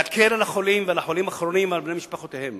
להקל על החולים ועל החולים הכרוניים ועל בני משפחותיהם.